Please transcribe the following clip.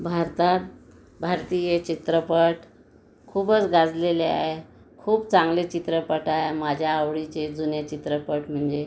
भारतात भारतीय चित्रपट खूपच गाजलेले आहे खूप चांगले चित्रपट आहे माझ्या आवडीचे जुने चित्रपट म्हणजे